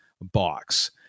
box